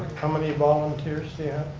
how many volunteers do